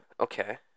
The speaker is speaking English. Okay